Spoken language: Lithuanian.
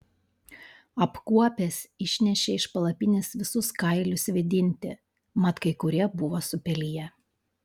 apkuopęs išnešė iš palapinės visus kailius vėdinti mat kai kurie buvo supeliję